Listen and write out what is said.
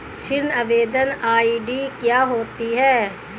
ऋण आवेदन आई.डी क्या होती है?